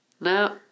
No